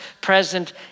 present